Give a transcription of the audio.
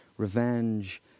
Revenge